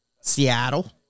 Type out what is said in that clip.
Seattle